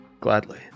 Gladly